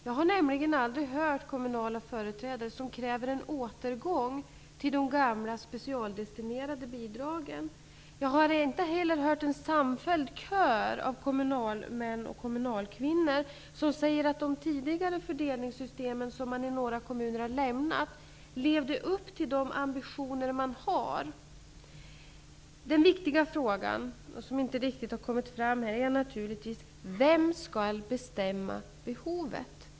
Jag har nämligen inte hört några kommunala företrädare som kräver en återgång till de gamla specialdestinerade bidragen. Jag har inte heller hört en samfälld kör av kommunalmän och kommunalkvinnor som säger att de tidigare fördelningssystemen, som man har lämnat i några kommuner, levde upp till de ambitioner som finns. Den viktiga frågan, som inte riktigt har kommit fram här, är naturligtvis vem som skall bestämma behovet.